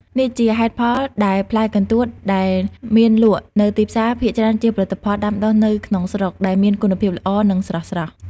នេះជាហេតុផលដែលផ្លែកន្ទួតដែលមានលក់នៅទីផ្សារភាគច្រើនជាផលិតផលដាំដុះនៅក្នុងស្រុក ដែលមានគុណភាពល្អ និងស្រស់ៗ។